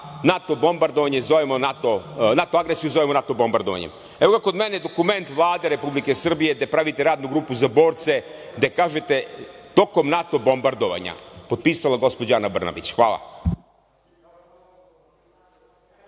NATO agresiju zovemo NATO bombardovanjem. Evo ga kod mene dokument Vlade Republike Srbije, gde pravite radnu grupu za borce i gde kažete – tokom NATO bombardovanja, potpisala gospođa Ana Brnabić. **Ana